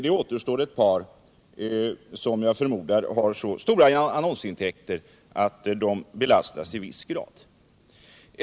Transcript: Det återstår ett par, som jag förmodar har så stora annonsintäkter att de belastas i viss grad.